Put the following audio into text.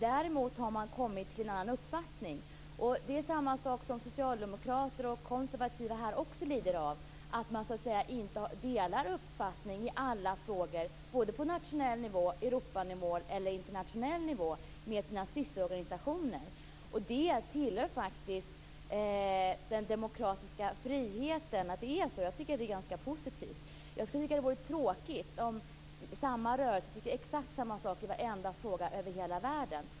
Däremot har man kommit till en annan uppfattning. Det är samma sak som socialdemokrater och konservativa här också lider av: Man delar inte uppfattning i alla frågor, både på nationell nivå, Europanivå och internationell nivå, med sina systerorganisationer. Det tillhör faktiskt den demokratiska friheten att det är så, och jag tycker att det är ganska positivt. Jag skulle tycka att det vore tråkigt om samma rörelse tyckte exakt samma sak i varenda fråga över hela världen.